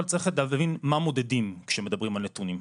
אבל צריך להבין מה מודדים כשמדברים על נתונים,